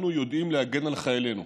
אנחנו יודעים להגן על חיילינו.